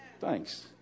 Thanks